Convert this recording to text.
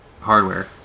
hardware